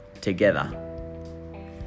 together